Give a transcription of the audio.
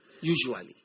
usually